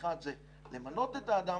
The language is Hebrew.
על שינוי של תהליכים שמובילים לשינויים